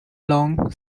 long